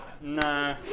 Nah